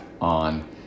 on